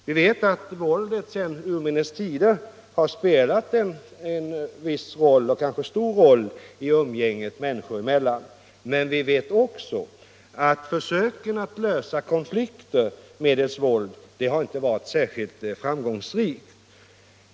Vi vet att våldet sedan urminnes tider har spelat en viss, kanske stor roll i umgänget människor emellan, men vi vet också att försöken att lösa konflikter medelst våld inte varit särskilt framgångsrika.